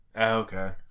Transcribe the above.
okay